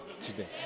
today